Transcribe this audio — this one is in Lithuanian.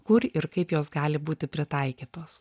kur ir kaip jos gali būti pritaikytos